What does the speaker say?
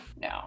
no